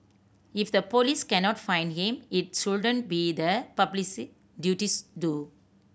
if the police cannot find him it shouldn't be the public duties to